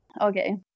Okay